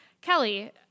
Kelly